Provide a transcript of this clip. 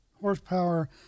horsepower